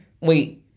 wait